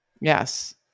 yes